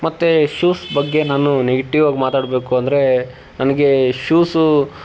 ಮತ್ತೆ ಶೂಸ್ ಬಗ್ಗೆ ನಾನು ನೆಗೆಟ್ಟಿವಾಗಿ ಮಾತಾಡಬೇಕು ಅಂದ್ರೆ ನನ್ಗೆ ಶೂಸು